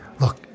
Look